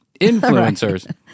influencers